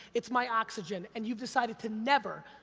it's my oxygen, and you've decided to never,